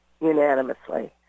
unanimously